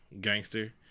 gangster